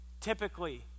typically